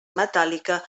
metàl·lica